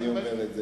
אני אומר את זה.